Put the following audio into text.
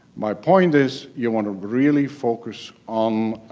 my point is you want to really focus on